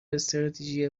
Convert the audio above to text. استراتژی